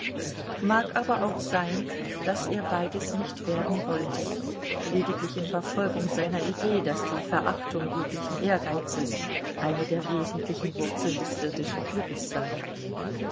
mag aber auch sein daß er beides nicht werden wollte lediglich in verfolgung seiner idee daß die verachtung jeglichen ehrgeizes eine der wesentlichen wurzeln des irdischen glückes sei